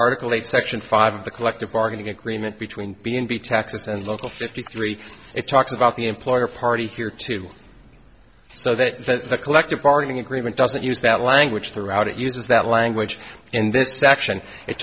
article eight section five of the collective bargaining agreement between b and b texas and local fifty three it talks about the employer party here too so that if it's a collective bargaining agreement doesn't use that language throughout it uses that language in this section it